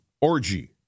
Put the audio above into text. orgy